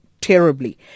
terribly